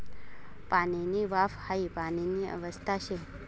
पाणीनी वाफ हाई पाणीनी अवस्था शे